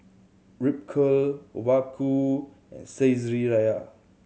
Ripcurl Obaku and Saizeriya